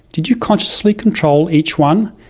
did you consciously control each one?